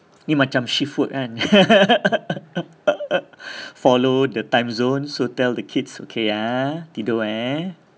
ni macam shift work kan follow the time zone so tell the kids okay ah tidur eh